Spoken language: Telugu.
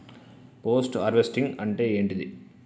పోస్ట్ హార్వెస్టింగ్ అంటే ఏంటిది?